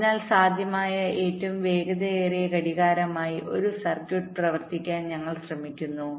അതിനാൽ സാധ്യമായ ഏറ്റവും വേഗതയേറിയ ഘടികാരമായി ഒരു സർക്യൂട്ട് പ്രവർത്തിപ്പിക്കാൻ ഞങ്ങൾ ശ്രമിക്കുന്നു